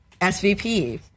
svp